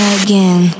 again